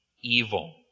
evil